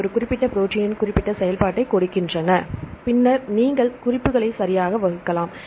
அவை ஒரு குறிப்பிட்ட ப்ரோடீனின் குறிப்பிட்ட செயல்பாட்டைக் கொடுக்கின்றன பின்னர் நீங்கள் குறிப்புகளை சரியாக வகுக்கலாம்